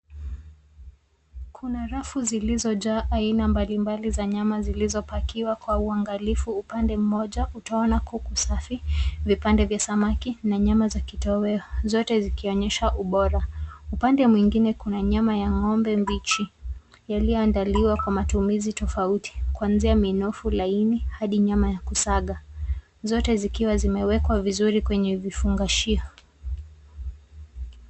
Kuna rafu zilizojaa aina mbalimbali za nyama zilizopakiwa kwa uangalifu. Upande mmoja utaona kuku safi, vipande vya samaki na nyama za kitoweo, zote zikionyesha ubora. Upande mwingine kuna nyama ya mbuzi mbichi, zilizotayarishwa kwa matumizi tofauti, kuanzia minofu na ini hadi nyama ya kusaga. Zote zimewekwa vizuri kwenye vifungashio.